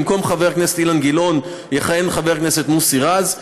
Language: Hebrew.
במקום חבר הכנסת אילן גילאון יכהן חבר הכנסת מוסי רז,